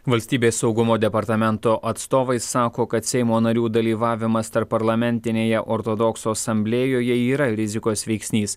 valstybės saugumo departamento atstovai sako kad seimo narių dalyvavimas tarpparlamentinėje ortodoksų asamblėjoje yra rizikos veiksnys